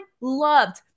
loved